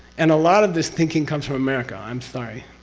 and a lot of this thinking comes from america, i'm sorry.